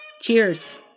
Cheers